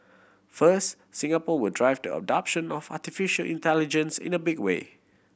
first Singapore will drive the adoption of artificial intelligence in a big way